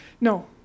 No